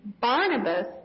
Barnabas